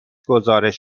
گزارش